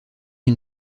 une